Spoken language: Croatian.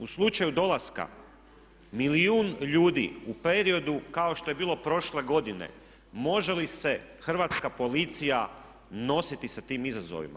U slučaju dolaska milijun ljudi u periodu kao što je bilo prošle godine može li se hrvatska policija nositi sa tim izazovima.